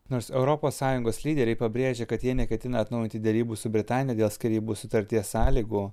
nors europos sąjungos lyderiai pabrėžia kad jie neketina atnaujinti derybų su britanija dėl skyrybų sutarties sąlygų